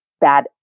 bad